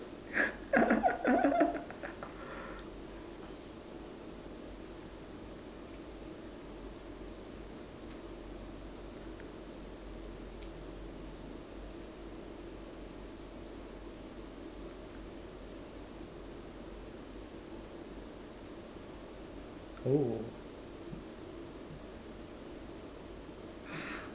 oh